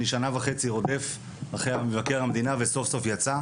רודף אחריו כבר שנה וחצי וסוף-סוף יצא.